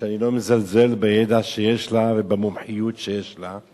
שאני לא מזלזל בידע שיש לה ובמומחיות שיש לה.